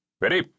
Ready